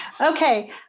Okay